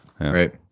right